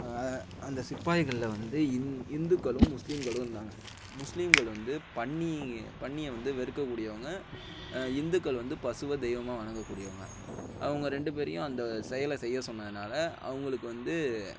அந்த சிப்பாய்களில் வந்து இந் இந்துக்களும் முஸ்லீம்களும் இருந்தாங்க முஸ்லீம்கள் வந்து பன்னி பன்னியை வந்து வெறுக்கக்கூடியவங்க இந்துக்கள் வந்து பசுவை தெய்வமாக வணங்கக்கூடியவங்க அவங்க ரெண்டு பேரையும் அந்த செயலை செய்ய சொன்னதுனால் அவங்களுக்கு வந்து